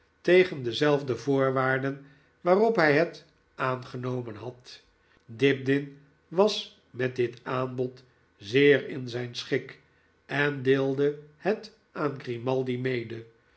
tegen dezelfde voorwaarden waarop hy het aangenomen had dibdin was met dit aanbod zeer in zijn schik en deelde het aan grimaldi mede